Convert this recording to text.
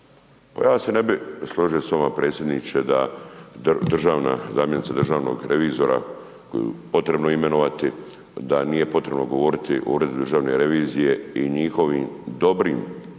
Pa ja se ne bi složio sa vama, predsjedniče da, državna zamjenica, zamjenica državnog revizora, koju je potrebno imenovati, da nije potrebno govoriti o .../Govornik se ne razumije./... i njihovim dobrim